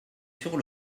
sur